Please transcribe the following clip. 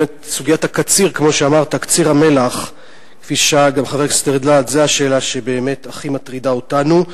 סוגיית קציר המלח זו השאלה שהכי מטרידה אותנו.